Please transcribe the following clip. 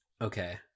Okay